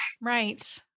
Right